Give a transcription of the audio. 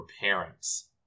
parents